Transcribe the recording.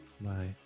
Bye